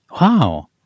Wow